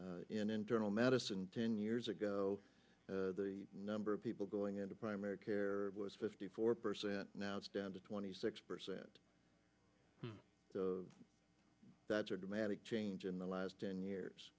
in internal medicine ten years ago the number of people going into primary care was fifty four percent now it's down to twenty six percent of that's a dramatic change in the last ten years